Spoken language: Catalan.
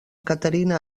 caterina